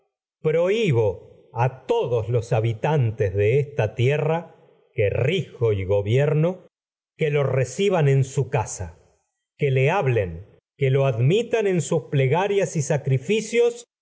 prohibo que todos los que habitantes tierra rijo y gobierno lo reciban en su casa y que cios le hablen y que que lo admitan en sus plegarias